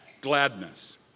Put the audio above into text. gladness